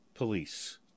Police